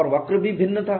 और वक्र भी भिन्न था